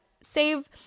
Save